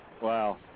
Wow